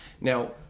Now